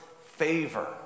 favor